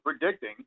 predicting